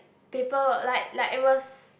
paper like like it was